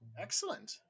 Excellent